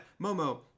Momo